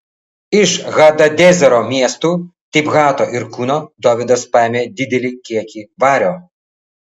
iš hadadezero miestų tibhato ir kūno dovydas paėmė didelį kiekį vario